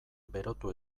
berotu